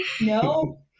No